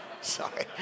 sorry